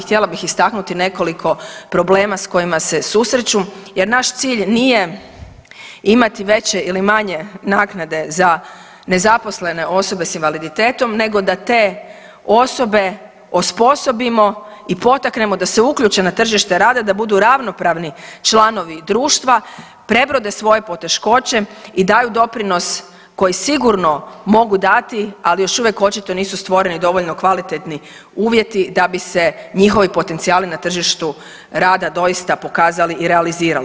Htjela bih istaknuti nekoliko problema s kojima se susreću jer naš cilj nije imati veće ili manje naknade za nezaposlene osobe s invaliditetom nego da te osobe osposobimo i potaknemo da se uključe na tržite rada i da budu ravnopravni članovi društva, prebrode svoje poteškoće i daju doprinos koji sigurno mogu dati ali još uvijek očito nisu stvoreni dovoljno kvalitetni uvjeti da bi se njihovi potencijali na tržištu rada doista pokazali i realizirali.